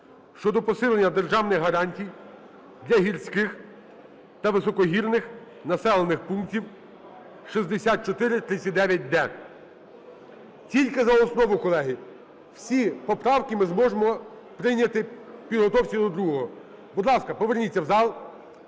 щодо посилення державних гарантій для гірських та високогірних населених пунктів (6439-д). Тільки за основу, колеги. Всі поправки ми зможемо прийняти в підготовці до другого. Будь ласка, поверніться в зал.